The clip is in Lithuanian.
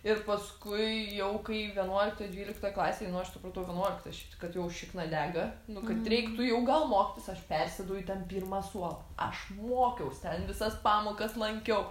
ir paskui jau kai vienuoliktoj dvyliktoj klasėj nu aš supratau vienuoliktoj šiaip kad jau šikna dega nu kad reiktų jau gal mokytis aš persėdau į ten pirmą suolą aš mokiaus ten visas pamokas lankiau